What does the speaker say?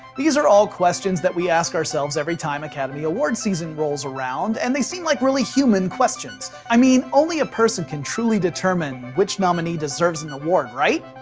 these are all questions that we ask ourselves every time academy award season rolls around, and they seem like really human questions. i mean, only a person can truly determine which nominee deserves an award, right?